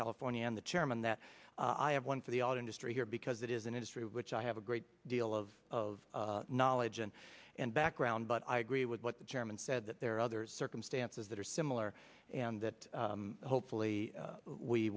california and the chairman that i have one for the auto industry here because it is an industry which i have a great deal of knowledge and and background but i agree with what the chairman said that there are other circumstances that are similar and that hopefully we